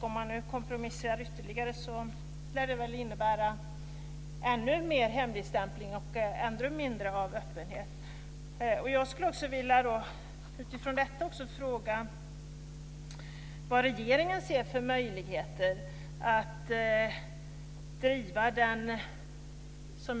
Om man kompromissar ytterligare lär det innebära ännu mer hemligstämpling och ännu mindre av öppenhet. Utifrån det vill jag fråga vilka möjligheter regeringen ser att driva sin linje.